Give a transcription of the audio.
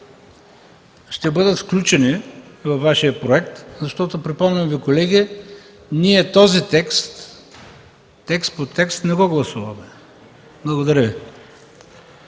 ще бъдат включени във Вашия проект, защото, припомням Ви колеги, ние този текст, текст по текст не го гласуваме. Благодаря Ви.